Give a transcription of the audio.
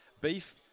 Beef